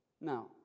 Now